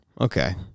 okay